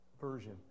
version